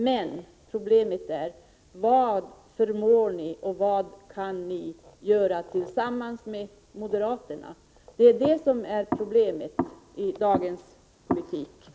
Men vad förmår ni göra tillsammans med moderaterna? Det är det som är problemet i dagens politik.